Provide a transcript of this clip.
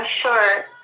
sure